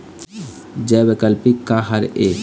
जैविकतत्व का हर ए?